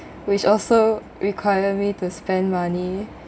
which also require me to spend money